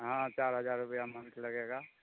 हँ चारि हजार रुपिआ मंथ लगेगा